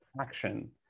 action